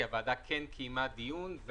כי הוועדה כן קיימה דיון.